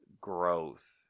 growth